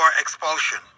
expulsion